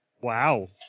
Wow